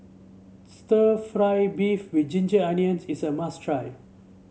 stir fry beef with Ginger Onions is a must try